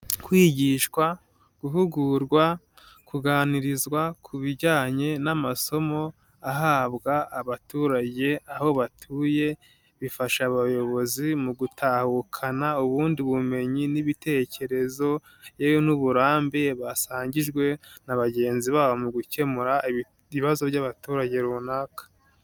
Kwigishwa, guhugurwa, kuganirizwa ku bijyanye n'amasomo ahabwa abaturage aho batuye, bifasha abayobozi mu gutahukana ubundi bumenyi n'ibitekerezo yewe n'uburambe basangijwe na bagenzi babo mu gukemura ibibazo by'abaturage runaka.